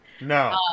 No